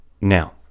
Now